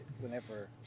whenever